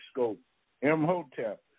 M-Hotel